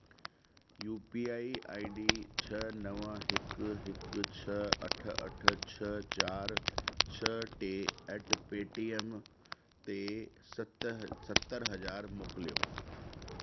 U P I I D छह नव हिकु हिकु छह अठ अठ छह चारि छह टे एट पेटीएम ते सत सतरि हज़ार मोकिलियो